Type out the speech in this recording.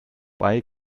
bei